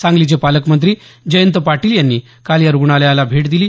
सांगलीचे पालकमंत्री जयंत पाटील यांनी काल या रुग्णालयाला भेट दिली